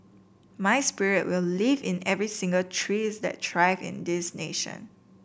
my spirit will live in every single trees that thrive in this nation